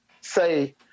say